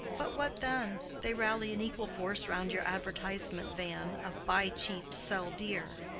but what then? they rally in equal force round your advertisement van of buy cheap, sell dear.